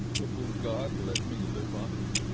but will god let me live on it?